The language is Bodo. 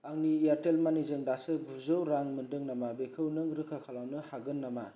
आंनि एयारटेल मानि जों दासो गुजौ रां मोनदों नामा बेखौ नों रोखा खालामनो हागोन नामा